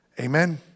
Amen